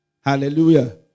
Hallelujah